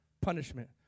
punishment